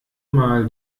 mal